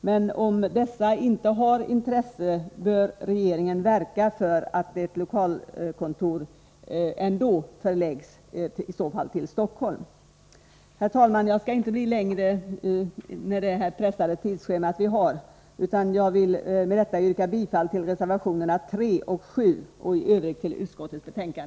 Men om dessa länder inte har intresse för saken bör regeringen ändå verka för upprättandet av ett sådant här kontor, i så fall förlagt till Stockholm. Herr talman! Jag skall inte tala längre med hänsyn till det pressade tidsschemat, utan jag yrkar med dessa ord bifall till reservationerna 3 och 7 och i övrigt bifall till utskottets hemställan.